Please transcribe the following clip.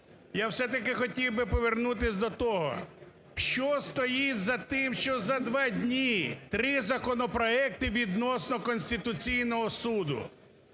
я все-таки хотів би повернутися до того, що стоїть за тим, що за два дні три законопроекти відносно Конституційного Суду?